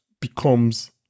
becomes